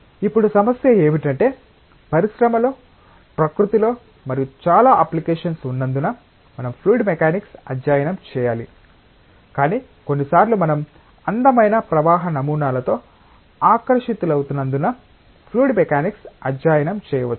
ఇప్పుడు సమస్య ఏమిటంటే పరిశ్రమలో ప్రకృతిలో మరియు చాలా అప్లికేషన్స్ ఉన్నందున మనం ఫ్లూయిడ్ మెకానిక్స్ అధ్యయనం చేయాలి కాని కొన్నిసార్లు మనం అందమైన ప్రవాహ నమూనాలతో ఆకర్షితులవుతున్నందున ఫ్లూయిడ్ మెకానిక్స్ అధ్యయనం చేయవచ్చు